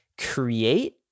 create